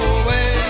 away